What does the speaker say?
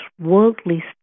worldly